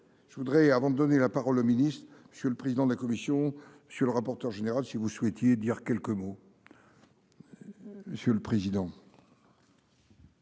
Je voudrais avant de donner la parole au ministre, monsieur le président de la commission sur le rapporteur général si vous souhaitiez dire quelques mots. Monsieur le président.--